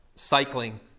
Cycling